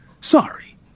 sorry